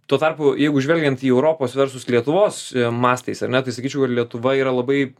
tuo tarpu jeigu žvelgiant į europos versus lietuvos mastais ar ne tai sakyčiau kad lietuva yra labai